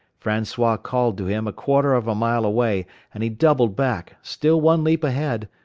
francois called to him a quarter of a mile away and he doubled back, still one leap ahead,